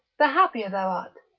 the happier thou art,